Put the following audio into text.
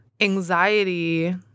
anxiety